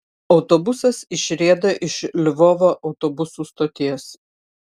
autobusas išrieda iš lvovo autobusų stoties